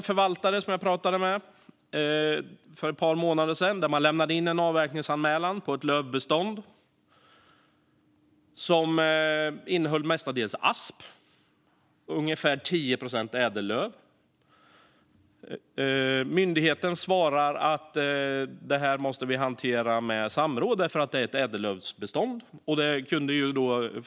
För ett par månader sedan pratade jag med en förvaltare som hade lämnat in en avverkningsanmälan om ett lövbestånd. Beståndet innehöll mestadels asp men även ungefär 10 procent ädellöv. Myndigheten svarade att ärendet måste hanteras med samråd då det gällde ett ädellövsbestånd.